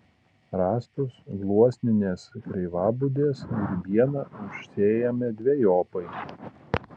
rąstus gluosninės kreivabudės grybiena užsėjame dvejopai